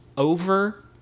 Over